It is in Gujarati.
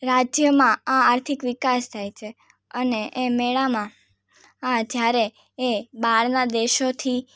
રાજ્યમાં આ આર્થિક વિકાસ થાય છે અને એ મેળામાં આ જ્યારે એ બહારના દેશોથી